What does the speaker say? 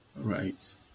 right